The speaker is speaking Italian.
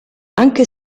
anche